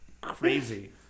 crazy